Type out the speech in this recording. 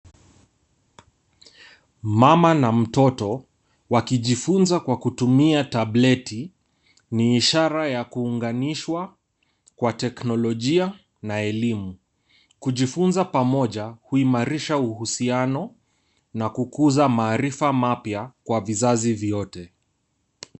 Mama na mtoto wakijifunza kwa kutumia tableti, ni ishara ya kuunganishwa kwa teknolojia na elimu. kujifunza pamoja huimarisha uhusiano na kukuza maarifa mapya kwa vizazi vyote.